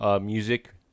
music